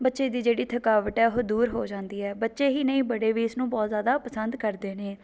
ਬੱਚੇ ਦੀ ਜਿਹੜੀ ਥਕਾਵਟ ਹੈ ਉਹ ਦੂਰ ਹੋ ਜਾਂਦੀ ਹੈ ਬੱਚੇ ਹੀ ਨਹੀਂ ਬੜੇ ਵੀ ਇਸਨੂੰ ਬਹੁਤ ਜ਼ਿਆਦਾ ਪਸੰਦ ਕਰਦੇ ਨੇ